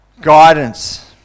guidance